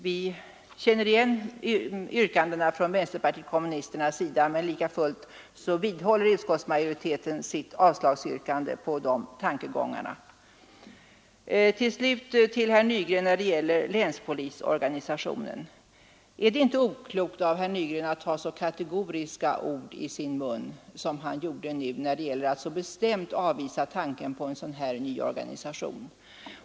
Vi känner igen yrkandena från vänsterpartiet kommunisterna, och vi saknar anledning frångå vårt tidigare ställningstagande om avslag. Till slut vill jag ställa en fråga till herr Nygren beträffande länspolisorganisationen. Är det inte oklokt av herr Nygren att ta så kategoriska ord i sin mun som han nu gjorde när det gällde att bestämt avvisa tanken på en ny organisation?